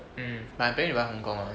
mm but I planning to buy hong kong one